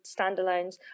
standalones